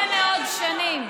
לפני הרבה מאוד שנים.